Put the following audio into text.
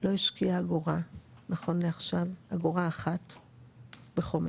לא השקיעה אגורה נכון לעכשיו, אגורה אחת בחומש,